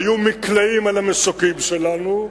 היו מקלעים על המסוקים שלנו,